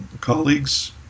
colleagues